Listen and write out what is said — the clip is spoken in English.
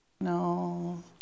No